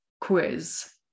quiz